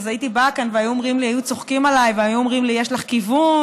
אז הייתי באה לכאן והיו צוחקים עליי ואומרים לי: יש לך כיוון?